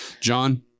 John